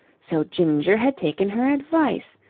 so ginger had taken her advice!